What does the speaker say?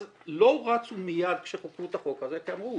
אז לא רצו מייד כשחוקקו את החוק הזה כי אמרו,